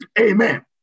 Amen